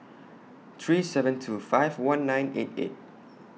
three seven two five one nine eight eight